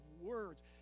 words